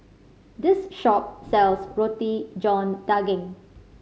this shop sells Roti John Daging